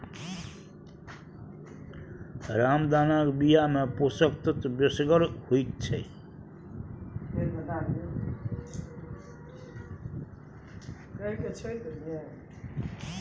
रामदानाक बियामे पोषक तत्व बेसगर होइत छै